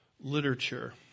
literature